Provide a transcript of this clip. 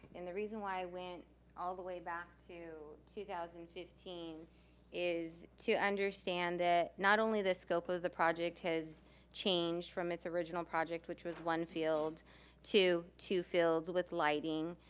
and the reason why i went all the way back to two thousand and fifteen is to understand that not only the scope of the project has changed from it's original project which was one field to two fields with lighting,